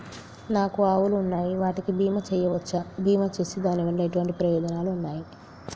నాకు ఆవులు ఉన్నాయి వాటికి బీమా చెయ్యవచ్చా? బీమా చేస్తే దాని వల్ల ఎటువంటి ప్రయోజనాలు ఉన్నాయి?